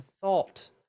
thought